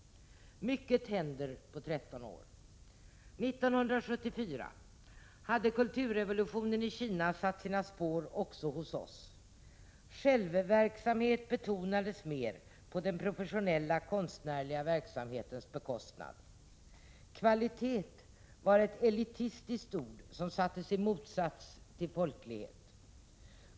Mycket händer på 13 år. 1974 hade kulturrevolutionen i Kina satt sina spår också hos oss. Självverksamhet betonades mer på den professionella konstnärliga verksamhetens bekostnad. Kvalitet var ett elitistiskt ord, som sattes i motsats till folklighet.